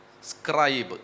scribe